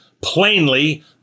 plainly